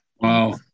wow